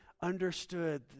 understood